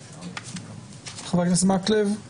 חבר הכנסת מקלב, בבקשה,